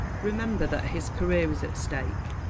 remember that his career is at stake,